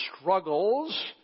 Struggles